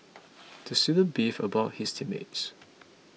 the student beefed about his team mates